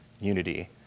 unity